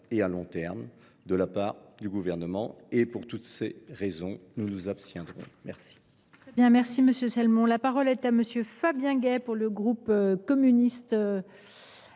et à long terme de la part du Gouvernement. Pour toutes ces raisons, nous nous abstiendrons. La